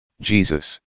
Jesus